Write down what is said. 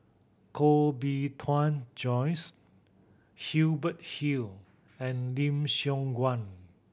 Koh Bee Tuan Joyce Hubert Hill and Lim Siong Guan